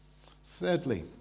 Thirdly